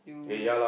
you